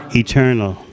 eternal